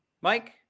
Mike